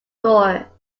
door